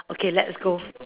okay let's go